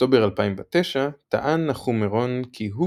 באוקטובר 2009 טען נחום מרון כי הוא